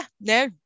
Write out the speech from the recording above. no